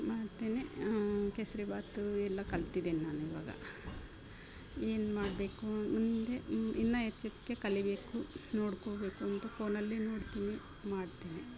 ಮಾಡ್ತೇನೆ ಕೇಸರಿಬಾತು ಎಲ್ಲ ಕಲ್ತಿದ್ದೀನಿ ನಾನೀವಾಗ ಏನು ಮಾಡಬೇಕು ಮುಂದೆ ಇನ್ನು ಇನ್ನು ಹೆಚ್ಚೆಚ್ಗೆ ಕಲಿಬೇಕು ನೋಡ್ಕೋಬೇಕು ಅಂತ ಫೋನಲ್ಲಿ ನೋಡ್ತೀನಿ ಮಾಡ್ತೇನೆ